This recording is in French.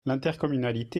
l’intercommunalité